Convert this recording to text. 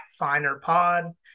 FinerPod